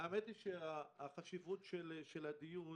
החשיבות של הדיון